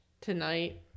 tonight